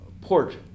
port